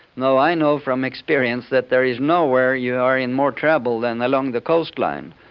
now, i know from experience that there is nowhere you are in more trouble than along the coastline.